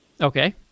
Okay